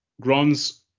grounds